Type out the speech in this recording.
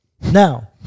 Now